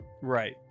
right